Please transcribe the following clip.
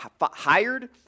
hired